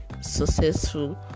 successful